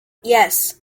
yes